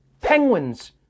Penguins